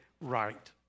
right